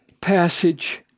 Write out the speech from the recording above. passage